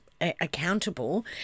accountable